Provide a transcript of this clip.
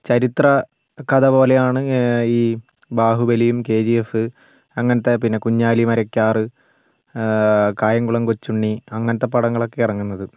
ചരിത്രകഥ പോലെയാണ് ഈ ബാഹുബലിയും കെ ജി എഫ് അങ്ങനത്തെ പിന്നെ കുഞ്ഞാലി മരയ്ക്കാർ കായംകുളം കൊച്ചുണ്ണി അങ്ങനത്തെ പടങ്ങളൊക്കെ ഇറങ്ങുന്നത്